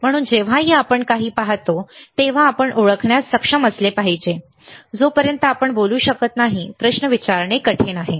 म्हणून जेव्हाही आपण काहीही पाहतो तेव्हा आपण ओळखण्यास सक्षम असले पाहिजे जोपर्यंत आपण बोलू शकत नाही प्रश्न विचारणे कठीण आहे